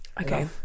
Okay